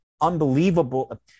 unbelievable